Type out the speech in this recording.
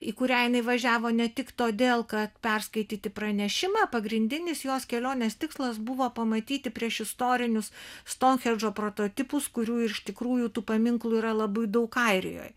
į kurią jinai važiavo ne tik todėl kad perskaityti pranešimą pagrindinis jos kelionės tikslas buvo pamatyti priešistorinius stounhendžo prototipus kurių ir iš tikrųjų tų paminklų yra labai daug airijoj